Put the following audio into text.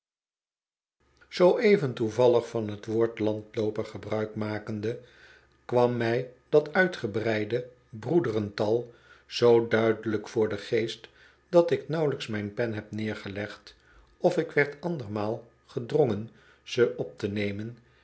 zoo even toevallig van t woord landlooper gebruik makende kwam mij dat uitgebreide broederental zoo duidelijk voor den geest dat ik nauwelijks mijn pen heb neergelegd of ik werd andermaal gedrongen ze op te nemen